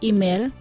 Email